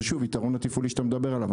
זה, שוב, היתרון התפעולי שאתה מדבר עליו.